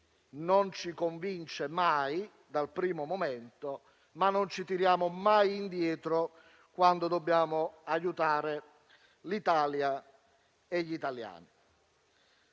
non ci convince mai, dal primo momento - ma non ci tiriamo mai indietro quando dobbiamo aiutare l'Italia e gli italiani.